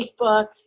Facebook